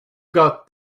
got